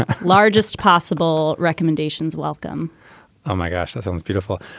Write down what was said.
ah largest possible recommendations. welcome oh, my gosh, this um is beautiful.